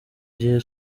gihe